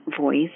voice